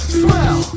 smell